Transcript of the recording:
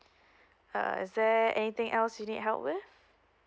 uh is there anything else you need help with